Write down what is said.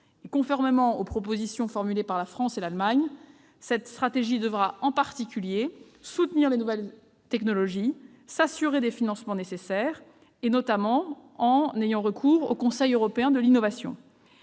Conformément aux propositions formulées par la France et l'Allemagne, cette stratégie devra en particulier soutenir les nouvelles technologies et s'assurer des financements nécessaires, notamment en ayant recours au Conseil européen de l'innovation.